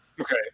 Okay